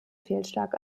fehlschlag